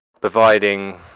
providing